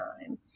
time